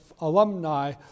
alumni